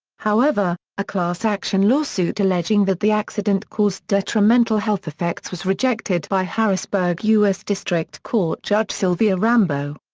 however, a class action lawsuit alleging that the accident caused detrimental health effects was rejected by harrisburg u s. district court judge sylvia rambo.